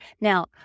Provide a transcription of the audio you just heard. Now